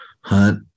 hunt